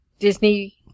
Disney